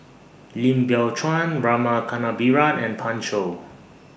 Lim Biow Chuan Rama Kannabiran and Pan Shou